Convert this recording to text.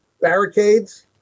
barricades